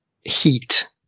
heat